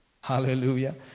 Hallelujah